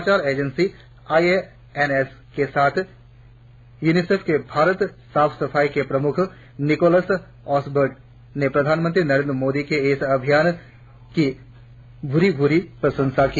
समाचार agency I A N S के साथ यूनिसेफ में भारत साफ सफाई के प्रमुख निकोलस ओसबर्ट ने प्रधानमंत्री नरेंद्र मोदी के इस अभियान की भूरि भूरि प्रशंसा की